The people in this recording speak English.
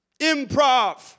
improv